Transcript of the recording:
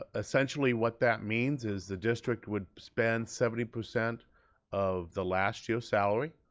ah essentially what that means is the district would spend seventy percent of the last year's salary